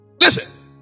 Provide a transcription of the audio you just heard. listen